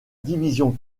division